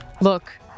look